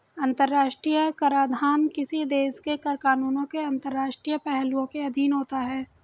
अंतर्राष्ट्रीय कराधान किसी देश के कर कानूनों के अंतर्राष्ट्रीय पहलुओं के अधीन होता है